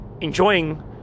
enjoying